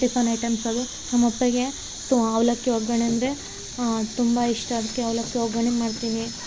tiffin items ಅದು ನಮ್ಮ ಅಪ್ಪಗೆ ತೊ ಅವಲಕ್ಕಿ ಒಗ್ಗರಣೆ ಅಂದರೆ ತುಂಬ ಇಷ್ಟ ಅದಕ್ಕೆ ಅವಲಕ್ಕಿ ಒಗ್ಗರಣೆ ಮಾಡ್ತೀನಿ